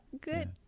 good